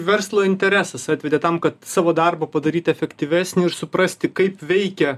verslo interesas atvedė tam kad savo darbą padaryt efektyvesnį ir suprasti kaip veikia